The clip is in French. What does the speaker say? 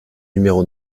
numéro